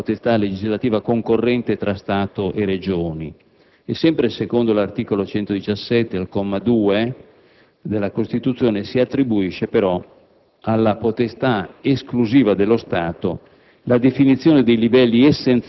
La tutela e sicurezza del lavoro è argomento che, in base all'articolo 117 della Costituzione, è riservato alla potestà legislativa concorrente tra Stato e Regioni; l'articolo 117 della